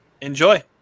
Enjoy